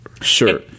Sure